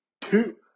two